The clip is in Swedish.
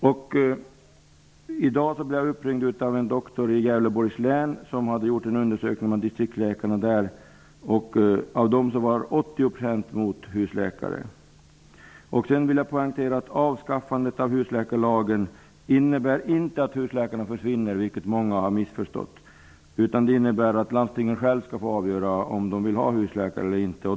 I dag blev jag uppringd av en doktor i Gävleborgs län som hade gjort en undersökning bland distriktsläkarna där. Av dem var 80 % mot husläkare. Sedan vill jag poängtera att avskaffandet av husläkarlagen inte innebär att husläkarna försvinner, vilket många har missförstått, utan det innebär att landstingen själva skall få avgöra om de vill ha husläkare eller inte.